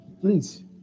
please